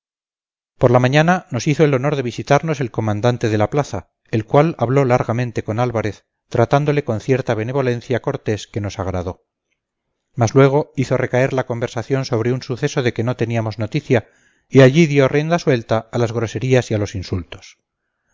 por la mañana nos hizo el honor de visitarnos el comandante de la plaza el cual habló largamente con álvarez tratándole con cierta benevolencia cortés que nos agradó mas luego hizo recaer la conversación sobre un suceso de que no teníamos noticia y allí dio rienda suelta a las groserías y los insultos